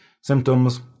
symptoms